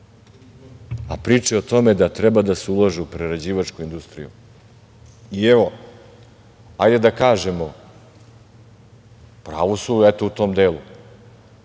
a pričaju o tome da treba se ulaže u prerađivačku industriju. Evo, hajde da kažemo, u pravu su eto u tom delu,